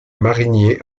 mariniers